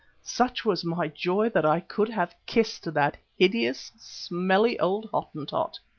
such was my joy that i could have kissed that hideous, smelly old hottentot.